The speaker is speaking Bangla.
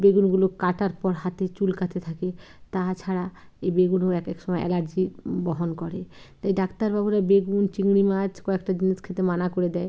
বেগুনগুলো কাটার পর হাতে চুলকাতে থাকে তাছাড়া এই বেগুনও এক এক সময় অ্যালার্জি বহন করে তাই ডাক্তারবাবুরা বেগুন চিংড়ি মাছ কয়েকটা জিনিস খেতে মানা করে দেয়